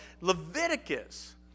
Leviticus